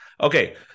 okay